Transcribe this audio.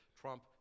trump